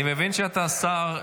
אני מבין שאתה שר הרווחה,